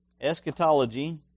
eschatology